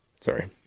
Sorry